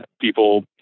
People